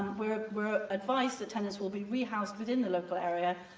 we're we're advised that tenants will be rehoused within the local area,